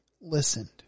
listened